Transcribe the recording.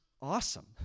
awesome